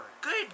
Good